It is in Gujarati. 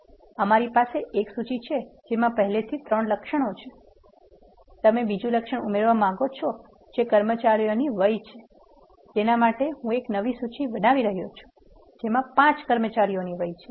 અમારી પાસે એક સૂચિ છે જેમાં પહેલેથી ત્રણ લક્ષણો છે તમે બીજું લક્ષણ ઉમેરવા માંગો છો જે કર્મચારીની વય છે તેના માટે હું એક નવી સૂચિ બનાવી રહ્યો છું જેમાં પાંચ કર્મચારીઓની વય છે